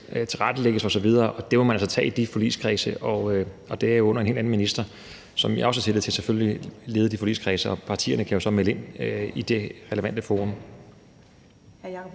tilrettelægges osv., og det må man altså tage i de forligskredse, og det er under en helt anden minister, som jeg også har tillid til selvfølgelig leder de forligskredse. Og partierne kan jo så melde ind i det relevante forum. Kl. 14:35